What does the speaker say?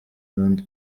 rwanda